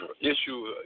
issue